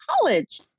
college